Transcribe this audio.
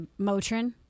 Motrin